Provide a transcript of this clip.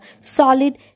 solid